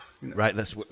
Right